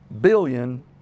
billion